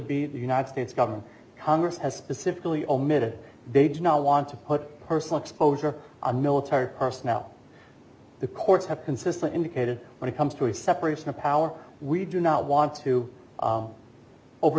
be the united states government congress has specifically omitted they do not want to put person exposure a military person out the courts have consistently indicated when it comes to the separation of powers we do not want to over